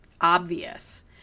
obvious